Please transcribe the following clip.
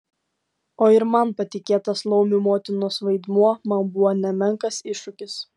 o ir man patikėtas laumių motinos vaidmuo man buvo nemenkas iššūkis